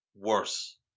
worse